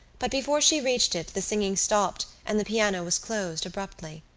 but before she reached it the singing stopped and the piano was closed abruptly.